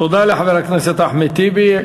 תודה לחבר הכנסת אחמד טיבי.